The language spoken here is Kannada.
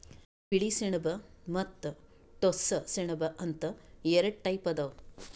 ಬಿಳಿ ಸೆಣಬ ಮತ್ತ್ ಟೋಸ್ಸ ಸೆಣಬ ಅಂತ್ ಎರಡ ಟೈಪ್ ಅದಾವ್